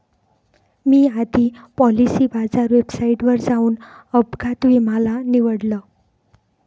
मी आधी पॉलिसी बाजार वेबसाईटवर जाऊन अपघात विमा ला निवडलं